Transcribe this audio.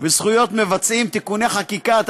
וזכויות מבצעים (תיקוני חקיקה),